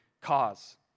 cause